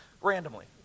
randomly